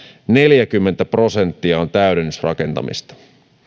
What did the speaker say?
neljäkymmentä prosenttia on täydennysrakentamista